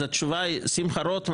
אז התשובה היא: שמחה רוטמן,